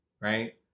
right